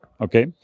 okay